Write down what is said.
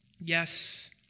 yes